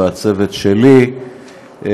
ולצוות שלי,